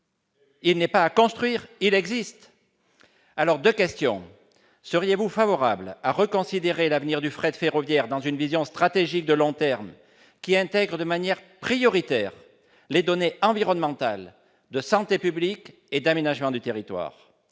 ! Eh oui ! Très bien ! Première question : seriez-vous favorable au fait de reconsidérer l'avenir du fret ferroviaire dans une vision stratégique de long terme, qui intègre de manière prioritaire les données environnementales, de santé publique et d'aménagement du territoire ?